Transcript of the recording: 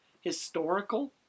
historical